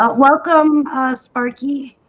ah welcome sparky.